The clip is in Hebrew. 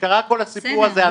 כשקרה כל הסיפור הזה,